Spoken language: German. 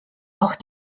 auch